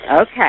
Okay